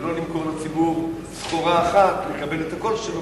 ולא למכור לציבור סחורה אחת ולקבל את הקול שלו,